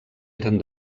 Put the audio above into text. eren